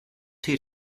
tee